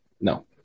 No